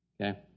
Okay